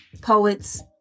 poets